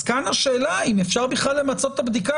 כאן השאלה היא אם אפשר בכלל למצות את הבדיקה